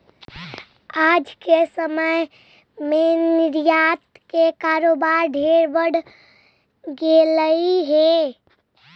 आज के समय में निर्यात के कारोबार ढेर बढ़ गेलई हे